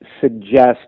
suggest